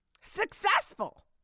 Successful